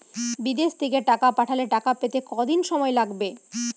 বিদেশ থেকে টাকা পাঠালে টাকা পেতে কদিন সময় লাগবে?